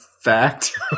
fact